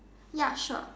ya sure